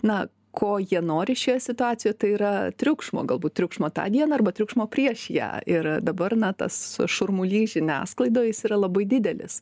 na ko jie nori šioje situacijoj tai yra triukšmo galbūt triukšmo tą dieną arba triukšmo prieš ją ir dabar na tas šurmulys žiniasklaidoj jis yra labai didelis